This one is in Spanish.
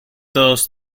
todos